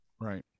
Right